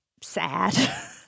sad